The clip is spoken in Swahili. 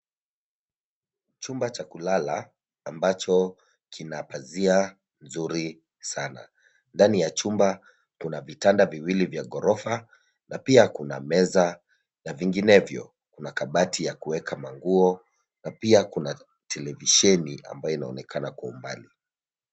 Chumba cha kulala ambacho kina pazia nzuri sana. Ndani ya chumba, tuna vitanda viwili vya gorofa na pia kuna meza na vinginevyo na kabati ya kuweka manguo na pia kuna televisheni ambayo inaonekana kwa umbali.